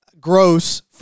gross